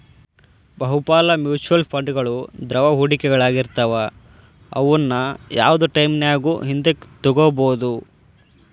ಬಹುಪಾಲ ಮ್ಯೂಚುಯಲ್ ಫಂಡ್ಗಳು ದ್ರವ ಹೂಡಿಕೆಗಳಾಗಿರ್ತವ ಅವುನ್ನ ಯಾವ್ದ್ ಟೈಮಿನ್ಯಾಗು ಹಿಂದಕ ತೊಗೋಬೋದು